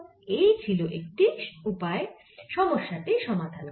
এই ছিল একটি উপায় সমস্যা টি সমাধান করার